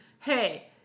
hey